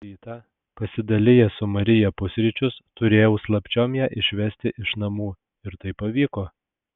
rytą pasidalijęs su marija pusryčius turėjau slapčiom ją išvesti iš namų ir tai pavyko